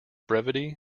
brevity